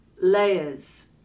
Layers